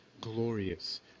glorious